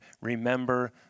Remember